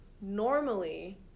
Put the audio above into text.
normally